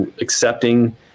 accepting